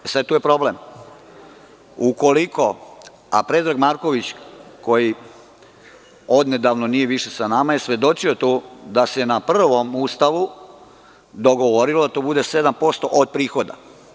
Sada je tu problem. ukoliko, a Predrag Marković koji od nedavno nije više sa nama je svedočio tu da se na prvom Ustav dogovorilo da to bude 7% od prihoda.